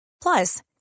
Plus